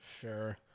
Sure